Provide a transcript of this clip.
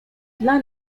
dla